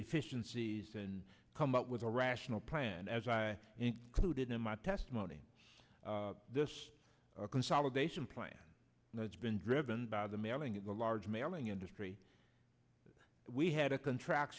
efficiencies and come up with a rational plan as i included in my testimony this consolidation plan that's been driven by the mailing in the large mailing industry we had a contract